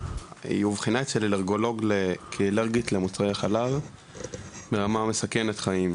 היא אובחנה אצל אלרגולוג כאלרגית למוצרי חלב ברמה מסכנת חיים,